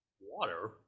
water